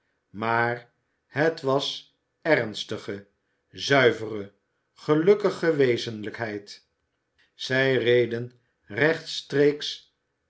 maar het was ernstige zuivere gelukkige wezenlijkheid zij reden rechtstreeks